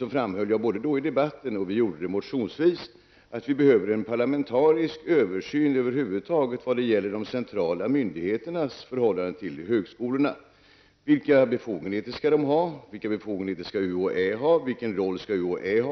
Jag framhöll då i debatten -- och det gjorde vi också motionsvägen -- att vi behövde en parlamentarisk översyn av de centrala myndigheternas förhållande till högskolorna över huvud taget: Vilka befogenheter skall de ha? Vilka befogenheter skall UHÄ ha? Vilken roll skall UHÄ ha?